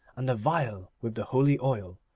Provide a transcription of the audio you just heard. and the vial with the holy oil.